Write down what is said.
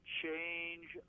change